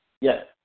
Yes